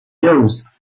used